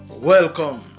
Welcome